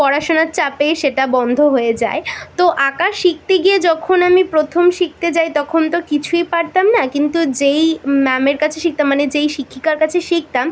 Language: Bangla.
পড়াশোনার চাপে সেটা বন্ধ হয়ে যায় তো আঁকা শিখতে গিয়ে যখন আমি প্রথম শিখতে যাই তখন তো কিছুই পারতাম না কিন্তু যেই ম্যামের কাছে শিখতাম মানে যেই শিক্ষিকার কাছে শিখতাম